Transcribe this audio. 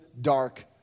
dark